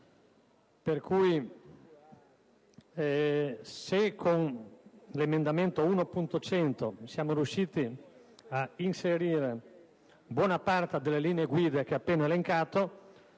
Per cui, se con l'emendamento 1.100 siamo riusciti a riproporre buona parte delle linee guida che ho appena elencato,